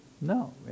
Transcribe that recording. No